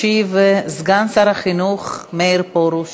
ישיב סגן שר החינוך מאיר פרוש,